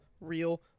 real